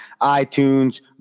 iTunes